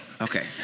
okay